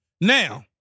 Now